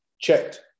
checked